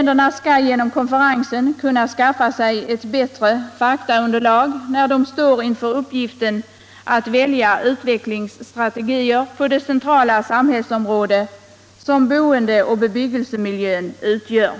Dessa skall genom konferensen kunna skaffa sig ett bättre faktaunderlag inför uppgiften att välja utvecklingsstrategier på det centrala samhällsområde som boende och bebyggelsemiljön utgör.